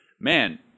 Man